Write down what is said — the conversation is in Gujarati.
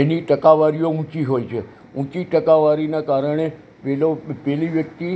એની ટકાવારીઓ ઉંચી હોય છે ઉંચી ટકાવારીનાં કારણે પેલો પેલી વ્યક્તિ